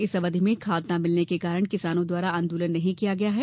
इस अवधि में खाद न मिलने के कारण किसानों द्वारा आंदोलन नहीं किया गया है